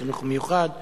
חינוך מיוחד,